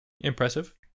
Impressive